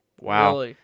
Wow